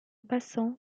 passant